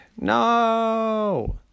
No